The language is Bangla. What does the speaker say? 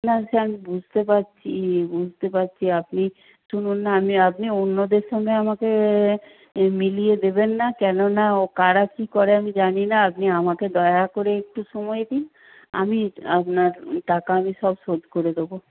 না সে আমি বুঝতে পারছি বুঝতে পারছি আপনি শুনুন না আমি আপনি অন্যদের সঙ্গে আমাকে মিলিয়ে দেবেন না কেন না কারা কী করে আমি জানি না আপনি আমাকে দয়া করে একটু সময় দিন আমি আপনার টাকা আমি সব শোধ করে দেবো